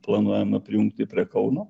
planuojama prijungti prie kauno